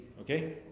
Okay